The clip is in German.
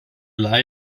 wirklich